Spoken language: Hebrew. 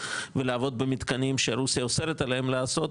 ולעבוד במתקנים שרוסיה אוסרת עליהם לעשות,